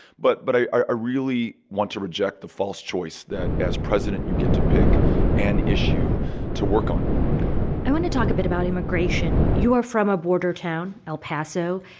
but but i i really want to reject the false choice that, as president, you get to pick an issue to work on i want to talk a bit about immigration. you are from a border town el paso.